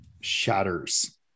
shatters